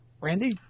Randy